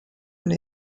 und